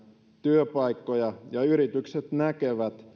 työpaikkoja ja yritykset näkevät